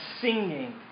singing